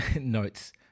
notes